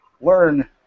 learn